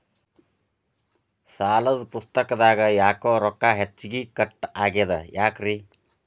ಸಾಲದ ಪುಸ್ತಕದಾಗ ಯಾಕೊ ರೊಕ್ಕ ಹೆಚ್ಚಿಗಿ ಕಟ್ ಆಗೆದ ಯಾಕ್ರಿ?